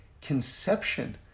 conception